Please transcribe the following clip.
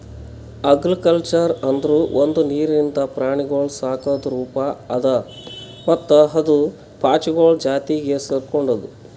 algaculture ಅಂದುರ್ ಒಂದು ನೀರಿಂದ ಪ್ರಾಣಿಗೊಳ್ ಸಾಕದ್ ರೂಪ ಅದಾ ಮತ್ತ ಅದು ಪಾಚಿಗೊಳ್ ಜಾತಿಗ್ ಸೆರ್ಕೊಂಡುದ್